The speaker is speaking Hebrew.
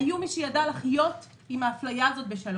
שהיה מי שידע לחיות עם האפליה הזאת בשלום.